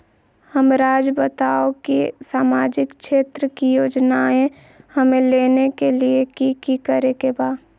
हमराज़ बताओ कि सामाजिक क्षेत्र की योजनाएं हमें लेने के लिए कि कि करे के बा?